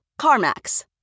CarMax